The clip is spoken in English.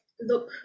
look